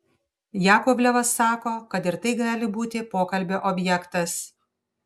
jakovlevas sako kad ir tai gali būti pokalbio objektas